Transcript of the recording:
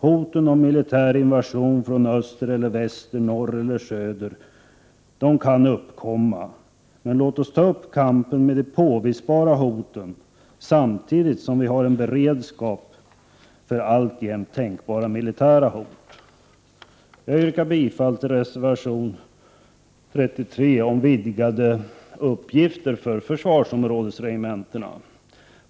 Hoten om militär invasion från öster eller väster, norr eller söder kan uppkomma, men låt oss ta upp kampen mot de påvisbara hoten, samtidigt som vi har en beredskap för alltjämt tänkbara militära hot. Jag yrkar bifall till reservation 33 om vidgade uppgifter för försvarsområdesregementena.